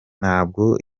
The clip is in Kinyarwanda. ntabwo